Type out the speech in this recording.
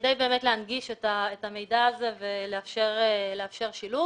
כדי באמת להנגיש את המידע הזה ולאפשר שילוב.